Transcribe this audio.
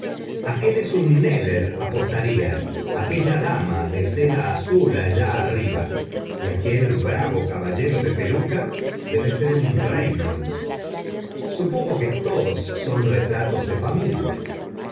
aquél es un kneller altaría aquella dama de seda azul allá arriba y aquel bravo caballero de peluca debe ser un jleynolds bupongo que todos son retratos de familia